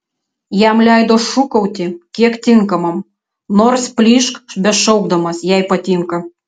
jam leido šūkauti kiek tinkamam nors plyšk bešaukdamas jei patinka